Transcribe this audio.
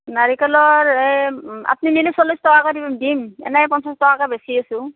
নাৰিকলৰ এই আপুনি নিলে চল্লিছ টকাকৈ দিম এনেই পঞ্চাছ টকাকৈ বেচি আছোঁ